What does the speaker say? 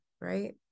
right